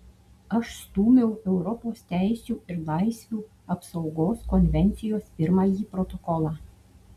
aš stūmiau europos teisių ir laisvių apsaugos konvencijos pirmąjį protokolą